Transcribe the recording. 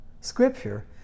Scripture